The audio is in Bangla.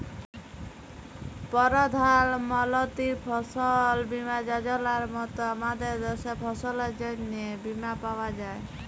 পরধাল মলতির ফসল বীমা যজলার মত আমাদের দ্যাশে ফসলের জ্যনহে বীমা পাউয়া যায়